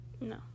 no